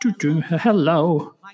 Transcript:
Hello